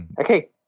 Okay